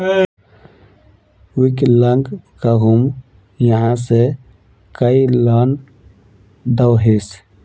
विकलांग कहुम यहाँ से कोई लोन दोहिस?